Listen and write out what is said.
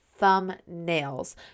thumbnails